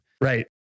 right